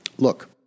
Look